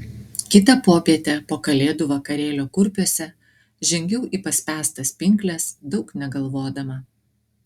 kitą popietę po kalėdų vakarėlio kurpiuose žengiau į paspęstas pinkles daug negalvodama